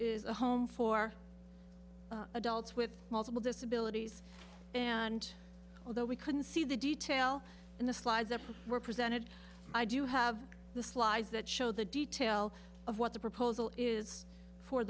a home for adults with multiple disabilities and although we couldn't see the detail in the slides that were presented i do have the slides that show the detail of what the proposal is for